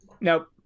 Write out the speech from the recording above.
Nope